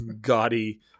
gaudy